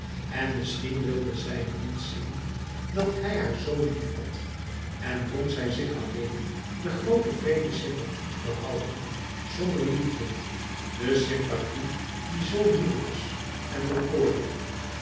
en misschien wilde zij niet zien dat hij haar zo liefhad en dwong zij zich alleen de groote vreemde sympathie te behouden zonder liefde de sympathie die zoo nieuw was en bekoorde